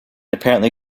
apparently